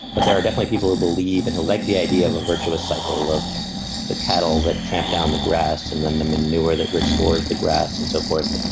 but there are definitely people who believe in and who like the idea of a virtuous cycle of the cattle that tramp down the grass and then the manure that restores the grass and so forth.